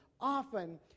Often